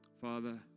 Father